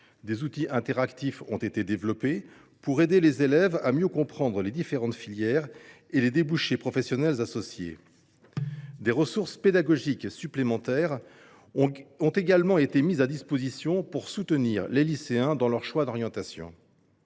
Des outils interactifs ont été développés pour aider les élèves à mieux comprendre les différentes filières et leurs débouchés professionnels. Des ressources pédagogiques supplémentaires ont également été mises à disposition pour soutenir les lycéens dans leur choix d’orientation.